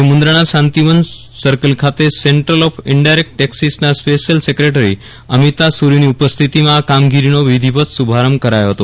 આજે મન્દાના શાંતિવન સર્કલ ખાતે સેન્ટલ ઓક ઈન્ડાયરેકટ ટેકસીસ ના સ્પેશીયલ સેક્રેટરી અમીતા સરીની ઉપસ્થિતિમાં આ કામગીરીનો વિધિવત શભારંભ કરાયો હતો